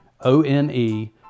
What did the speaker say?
O-N-E